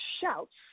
shouts